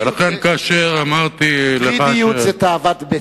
"גרידיות", כמדומני, זה תאוות בצע.